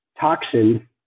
toxin